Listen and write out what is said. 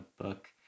book